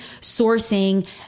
sourcing